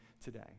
today